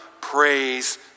praise